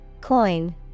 Coin